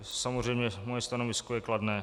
Samozřejmě moje stanovisko je kladné.